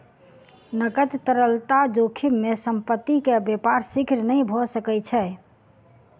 नकद तरलता जोखिम में संपत्ति के व्यापार शीघ्र नै भ सकै छै